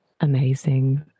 Amazing